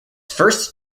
first